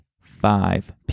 five